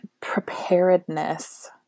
preparedness